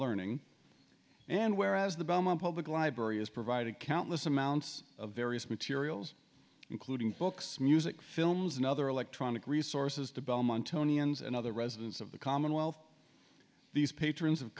learning and whereas the belmont public library has provided countless amounts of various materials including books music films and other electronic resources to belmont tony and other residents of the commonwealth these patrons